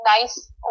nice